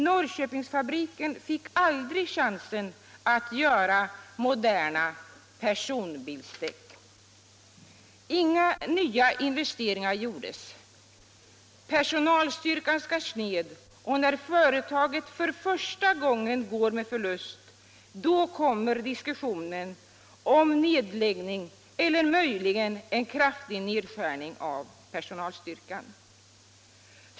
Norrköpingsfabriken fick aldrig chansen att tillverka moderna personbilsdäck. Inga nya investeringar gjordes, personalstyrkan skars ned, och nu, när företaget för första gången går med förlust, då kommer diskussionen om nedläggning eller möjligen en kraftig nedskärning av personalstyrkan.